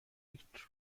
لیتر